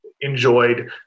enjoyed